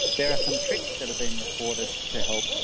there are some tricks that have been reported to help